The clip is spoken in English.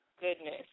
goodness